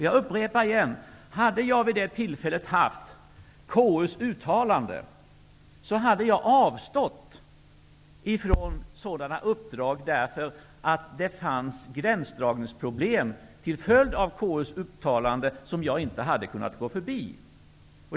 Jag upprepar igen: hade jag vid det tillfället haft detta uttalande från konstitutionsutskottet, så hade jag avstått från sådana uppdrag därför att det fanns gränsdragningsproblem till följd av konstitutionsutskottets uttalande som jag inte hade kunnat gå förbi.